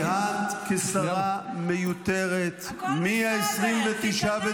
כי את --- זכות הדיבור היא שלי,